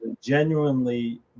genuinely